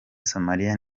somalia